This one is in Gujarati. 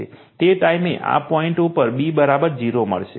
તે ટાઈમે આ પોઇન્ટ ઉપર B 0 મળશે